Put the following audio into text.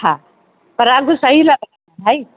हा पर अघि सही लॻाइजो भई